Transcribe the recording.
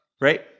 Right